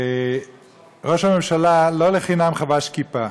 ראש הממשלה לא לחינם חבש כיפה.